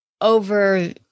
over